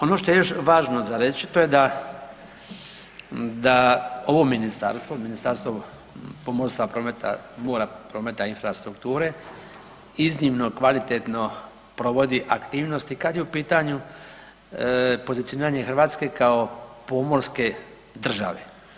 Ono što je još važno za reći, to je da ovo Ministarstva, Ministarstvo pomorstva, prometa, mora, prometa, infrastrukture iznimno kvalitetno provodi aktivnosti, kad je u pitanju pozicioniranje Hrvatske kao pomorske države.